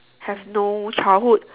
have no childhood